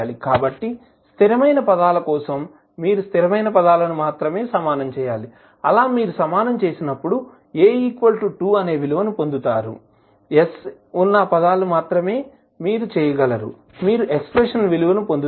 కాబట్టి స్థిరమైన పదాల కోసం మీరు స్థిరమైన పదాలను మాత్రమే సమానం చేయాలి అలా మీరు సమానం చేసినప్పుడు A 2 అనే విలువను పొందుతారు s ఉన్న పదాలు మాత్రమే మీరు చేయగలరుమీరు ఎక్స్ప్రెషన్ విలువను పొందుతారు